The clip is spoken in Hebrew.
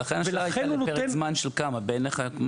ולכן השאלה לפרק זמן של כמה בעיניך?